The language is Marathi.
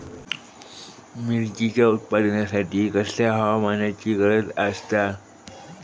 मिरचीच्या उत्पादनासाठी कसल्या हवामानाची गरज आसता?